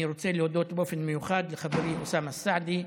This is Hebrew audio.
אני רוצה להודות באופן מיוחד לחברי אוסאמה סעדי,